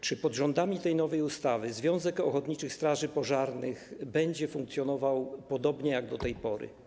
Czy pod rządami tej nowej ustawy Związek Ochotniczych Straży Pożarnych będzie funkcjonował podobnie jak do tej pory?